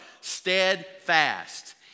Steadfast